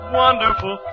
wonderful